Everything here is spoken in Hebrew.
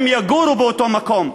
הם יגורו באותו מקום,